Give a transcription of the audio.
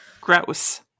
Gross